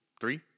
three